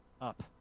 up